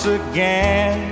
again